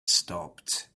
stopped